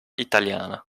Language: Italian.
italiana